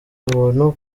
ubuntu